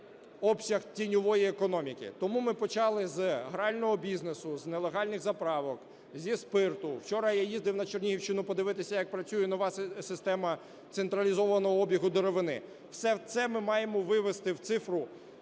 обсяг тіньової економіки. Тому ми почали з грального бізнесу, з нелегальних заправок, зі спирту. Вчора я їздив на Чернігівщину подивитися, як працює нова система централізованого обігу деревини. Все це ми маємо вивести в цифру,